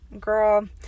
Girl